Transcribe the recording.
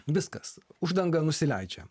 viskas uždanga nusileidžia